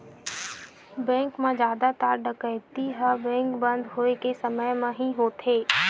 bank म जादातर डकैती ह बेंक बंद होए के समे म ही होथे